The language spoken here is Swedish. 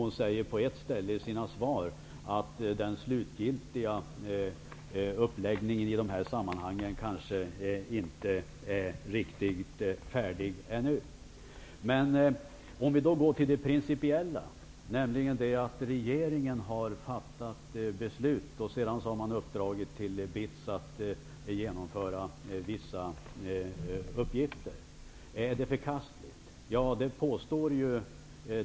Hon säger på ett ställe i sina svar att den slutgiltiga uppläggningen i dessa sammanhang kanske inte är riktigt färdig ännu. Låt oss då gå till det principiella. Regeringen har fattat beslut och sedan uppdragit åt BITS att genomföra vissa uppgifter. Är det förkastligt?